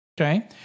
Okay